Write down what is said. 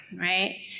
right